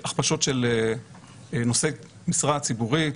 הכפשות של נושאי משרה ציבורית,